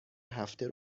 هفته